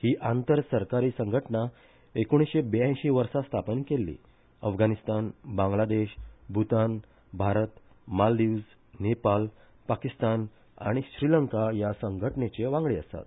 ही आंतर सरकारी संघटना एकुणीशे ब्यायंशी वर्सा स्थापन केल्ली अफगाणिस्तान बांगलादेश भुतान भारत मालदिव्स नेपाल पाकिस्तान आनी श्रीलंका ह्या संघटणाचे वांगडी आसात